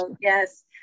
yes